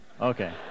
Okay